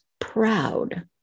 proud